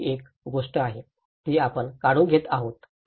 तर ही एक गोष्ट आहे जी आपण काढून घेत आहोत